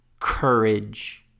courage